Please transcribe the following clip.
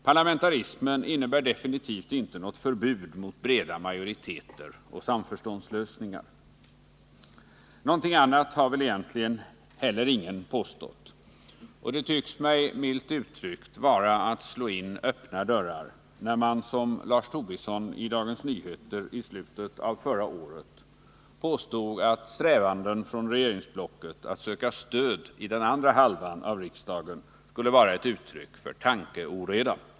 Parlamentarismen innebär absolut inte något förbud mot breda majoriteter och samförståndslösningar. Någonting annat har väl egentligen ingen påstått, och det tycks mig milt uttryckt vara att slå in öppna dörrar när man som Lars Tobisson i Dagens Nyheter i slutet av förra året påstod att strävanden från regeringsblockets sida att söka stöd i den andra halvan i riksdagen skulle vara ett uttryck för tankeoreda.